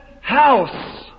house